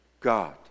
God